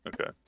Okay